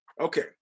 Okay